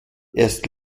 erst